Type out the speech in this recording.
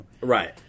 Right